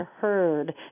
heard